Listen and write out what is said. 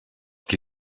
qui